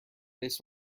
this